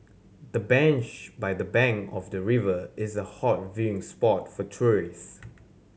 the bench by the bank of the river is a hot viewing spot for tourists